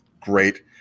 great